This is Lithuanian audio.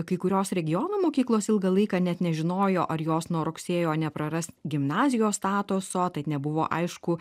kai kurios regiono mokyklos ilgą laiką net nežinojo ar jos nuo rugsėjo nepraras gimnazijos statuso tai nebuvo aišku